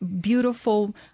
beautiful